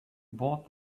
bought